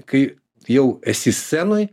kai jau esi scenoj